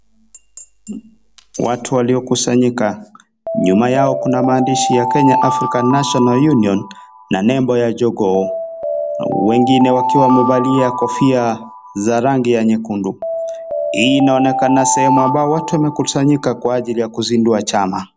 Watu waliokusanyika. Nyuma yao kuna maandishi Kenya African National Union na nembo ya jogoo ,wengine wakiwa wamevalia kofia za rangi za nyekundu. Hii inaonekana sehemu ambayo watu wamekusanyika kwa ajili ya kuzindua chama.